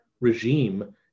regime